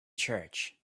church